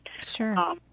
Sure